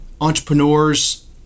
entrepreneurs